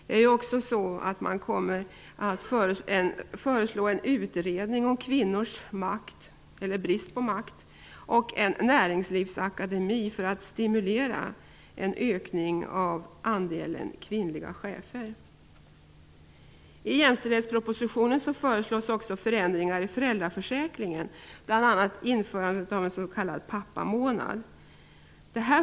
Vidare kommer man att föreslå en utredning om kvinnors makt, eller brist på makt, och om en näringslivsakademi för att stimulera till en ökning av andelen kvinnliga chefer. I jämställdhetspropositionen föreslås också förändringar i föräldraförsäkringen. Bl.a. gäller det införandet av en s.k. pappamånad.